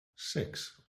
six